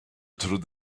through